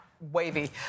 Wavy